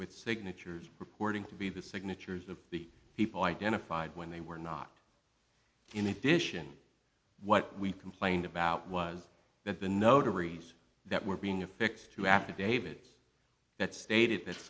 with signatures reporting to be the signatures of the people identified when they were not in addition what we complained about was that the notaries that were being affixed to affidavits that stated that